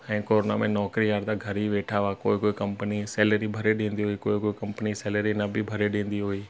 ऐं कोरोना में नौकिरी वारा त घर ई वेठा हुआ कोई कोई कंपनी सैलेरी भरे ॾींदी हुई कोई कोई कंपनी सैलेरी न बि भरे ॾींदी हुई